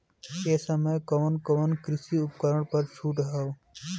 ए समय कवन कवन कृषि उपकरण पर छूट ह?